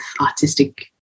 artistic